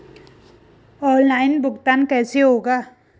Online भुगतान कैसे होगा?